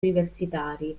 universitari